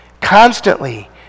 Constantly